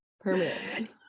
permanent